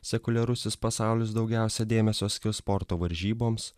sekuliarusis pasaulis daugiausia dėmesio skirs sporto varžyboms